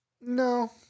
No